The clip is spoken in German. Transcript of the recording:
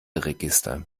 register